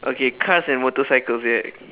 okay cars and motorcycles